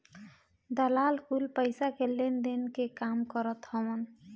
दलाल कुल पईसा के लेनदेन के काम करत हवन